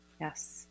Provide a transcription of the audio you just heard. Yes